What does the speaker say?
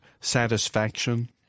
satisfaction